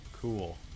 Cool